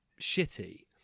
shitty